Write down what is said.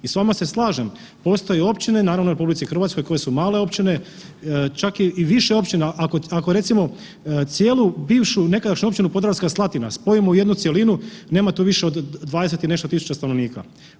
I s vama se slažem, postoje općine u RH koje su male općine, čak i više općina ako recimo cijelu bivšu nekadašnju Općinu Podravska Slatina spojimo u jednu cjelinu nema tu više od 20 i nešto tisuća stanovnika.